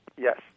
Yes